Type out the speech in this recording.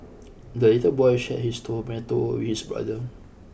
the little boy shared his tomato with his brother